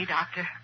Doctor